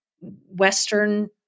Western